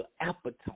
appetite